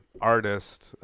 artist